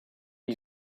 gli